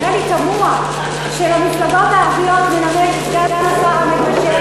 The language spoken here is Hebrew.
נראה לי תמוה שלמפלגות הערביות מנמק סגן השר המקשר,